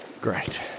Great